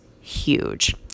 huge